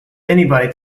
anybody